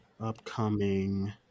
Upcoming